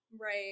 Right